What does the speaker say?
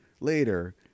later